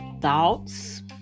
thoughts